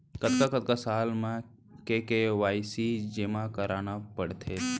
कतका कतका साल म के के.वाई.सी जेमा करना पड़थे?